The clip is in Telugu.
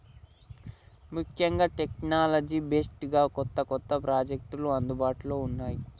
ముఖ్యంగా టెక్నాలజీ బేస్డ్ గా కొత్త కొత్త ప్రాజెక్టులు అందుబాటులో ఉన్నాయి